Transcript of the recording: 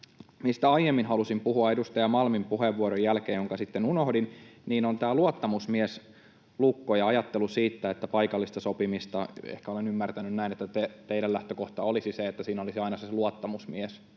mistä aiemmin halusin puhua edustaja Malmin puheenvuoron jälkeen ja minkä sitten unohdin: Tässä luottamusmieslukossa ja ajattelussa siitä, että paikallisessa sopimisessa — ehkä olen ymmärtänyt näin, että teidän lähtökohtanne olisi se — olisi aina se luottamusmies,